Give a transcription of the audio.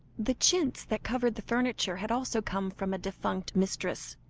the chintz that covered the furniture, had also come from a defunct mistress,